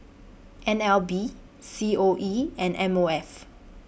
N L B C O E and M O F